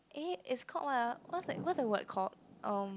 eh is called what ah what's what's the word called um